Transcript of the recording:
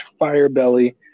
firebelly